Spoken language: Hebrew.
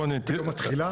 רוני,